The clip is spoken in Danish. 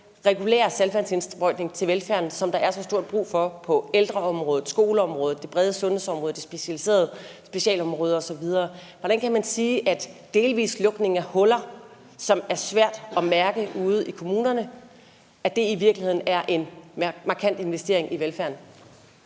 regulære saltvandsindsprøjtning til velfærden, som der er så meget brug for på ældreområdet, skoleområdet, det brede sundhedsområde og på det specialiserede socialområde osv.? Hvordan kan man sige, at en delvis lukning af huller, som er svær at mærke ude i kommunerne, i virkeligheden er en markant investering i velfærden?